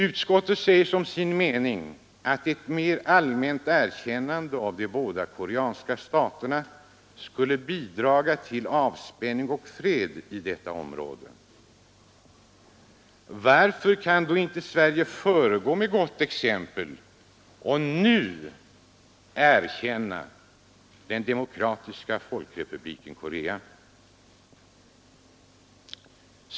Utskottet säger som sin mening att ”ett mera allmänt internationellt erkännande av de två koreanska staterna sannolikt skulle bidra till avspänning och fred i denna del av världen”. Varför kan då inte Sverige föregå med gott exempel och nu erkänna Demokratiska folkrepubliken Korea?